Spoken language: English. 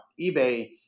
eBay